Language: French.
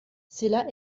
cela